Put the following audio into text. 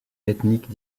ethniques